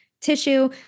tissue